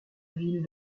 ville